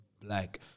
black